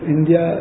India